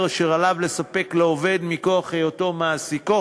שעליו לספק לעובד מכוח היותו מעסיקו,